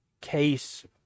case